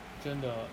真的